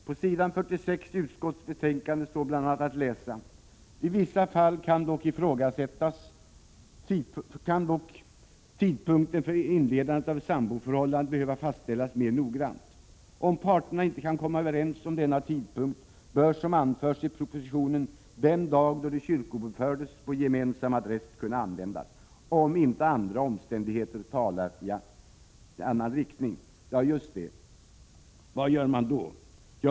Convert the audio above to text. På s. 46 i utskottsbetänkandet sägs bl.a., att i vissa fall kan dock tidpunkten för inledandet av samlevnaden behöva fastställas mer noggrant. Om parterna inte kan komma överens om den tidpunkten, bör som anförs i propositionen den dag då de kyrkobokfördes på gemensam adress kunna användas, ”om inte övriga omständigheter talar i annan riktning”. Nej, just det! Vad gör man då?